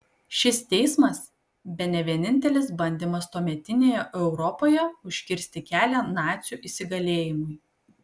šis teismas bene vienintelis bandymas tuometinėje europoje užkirsti kelią nacių įsigalėjimui